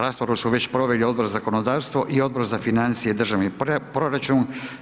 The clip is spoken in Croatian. Raspravu su proveli Odbor za zakonodavstvo i Odbor za financije i državni proračun.